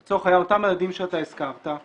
לצורך העניין אותם מדדים שאתה הזכרת,